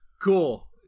Cool